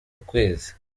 ukwezi